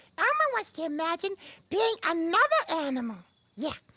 elmo wants to imagine being another animal yeah,